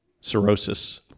cirrhosis